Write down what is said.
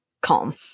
calm